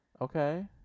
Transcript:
Okay